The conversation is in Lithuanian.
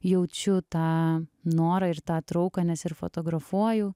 jaučiu tą norą ir tą trauką nes ir fotografuoju